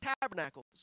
tabernacles